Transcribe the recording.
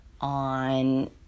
on